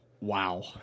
Wow